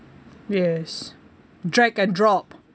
yes drag and drop